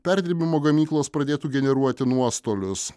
perdirbimo gamyklos pradėtų generuoti nuostolius